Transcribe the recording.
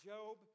Job